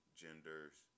genders